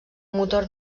motor